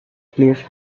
place